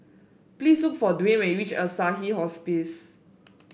please look for Dwane when you reach Assisi Hospice